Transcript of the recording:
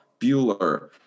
Bueller